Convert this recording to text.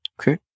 Okay